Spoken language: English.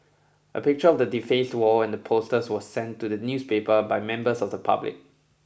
a picture of the defaced wall and the posters was sent to the newspaper by members of the public